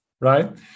Right